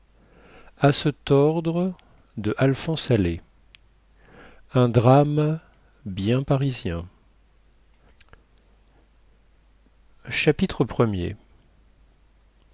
un drame bien parisien chapitre